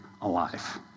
alive